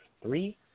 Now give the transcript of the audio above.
three